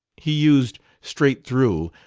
he used, straight through,